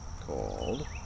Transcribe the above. called